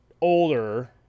older